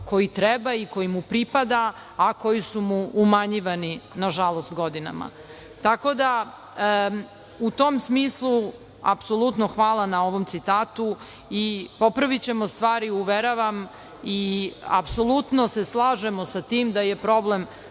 koji treba i koji mu pripada, a koji su mu umanjivani, nažalost, godinama. Tako da, u tom smislu hvala na ovom citatu. Popravićemo stvari, uveravam i apsolutno se slažemo sa tim da je problem